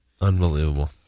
Unbelievable